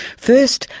first,